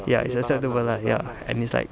ya it's acceptable lah ya and it's like